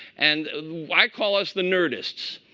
and why call us the nerdists?